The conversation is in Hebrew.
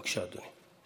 בבקשה, אדוני.